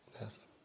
Yes